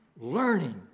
learning